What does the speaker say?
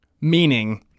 meaning